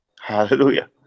Hallelujah